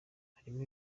harimo